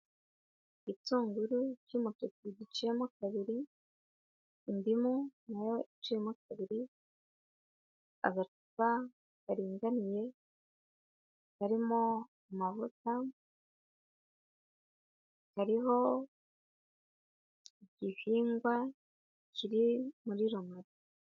Igitunguru cy'umutuku giciyemo kabiri, indimu na yo iciyemo kabiri agacupa karinganiye karimo amavuta, hariho igihingwa kiri muri rumari.